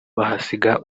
bahasiga